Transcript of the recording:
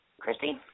Christy